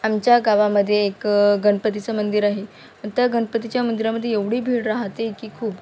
आमच्या गावामध्ये एक गणपतीचं मंदिर आहे त्या गणपतीच्या मंदिरामध्ये एवढी भीड राहते की खूप